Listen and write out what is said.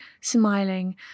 smiling